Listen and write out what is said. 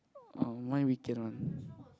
oh my weekend one